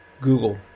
Google